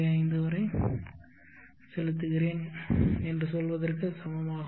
5 வரை செலுத்துகிறேன் என்று சொல்வதற்கு சமமாகும்